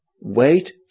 wait